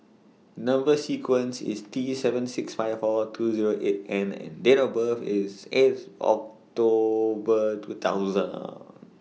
Number sequence IS T seven six five four two Zero eight N and Date of birth IS eighth October two thousand